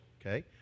okay